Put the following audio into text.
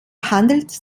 handelt